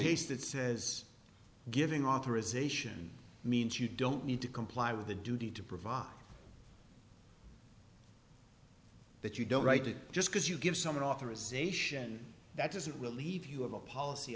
that says giving authorization means you don't need to comply with a duty to provide that you don't write it just because you give someone authorization that doesn't relieve you of a policy